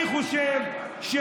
אני חולק על התנהלות.